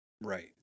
Right